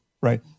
Right